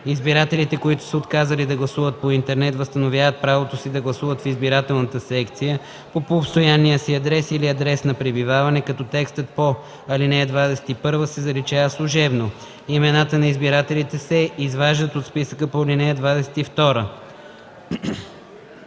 Избирателите, които са се отказали да гласуват по интернет, възстановяват правото си да гласуват в избирателната секция по постоянния си адрес или адрес на пребиваване, като текстът по ал. 21 се заличава служебно. Имената на избирателите се изваждат от списъка по ал. 22.